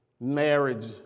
Marriage